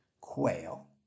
quail